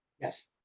Yes